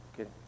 Okay